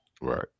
Right